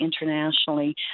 internationally